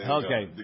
okay